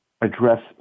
address